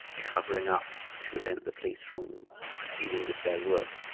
covering up to prevent the police from proceeding with their work.